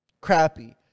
crappy